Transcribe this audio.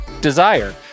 Desire